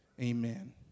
amen